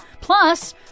Plus